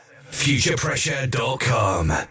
futurepressure.com